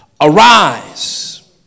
Arise